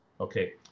Okay